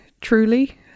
truly